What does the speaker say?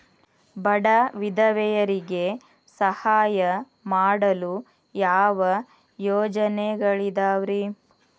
ಬಡ ವಿಧವೆಯರಿಗೆ ಸಹಾಯ ಮಾಡಲು ಯಾವ ಯೋಜನೆಗಳಿದಾವ್ರಿ?